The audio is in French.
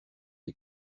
les